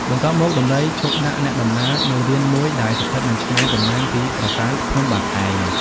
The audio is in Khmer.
បន្ទាប់មក ដំរីឈប់ដាក់អ្នកដំណើរនៅរានមួយដែលស្ថិតមិនឆ្ងាយប៉ុន្មានពីប្រាសាទ ភ្នំបាខែង ។